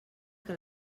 que